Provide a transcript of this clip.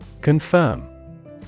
Confirm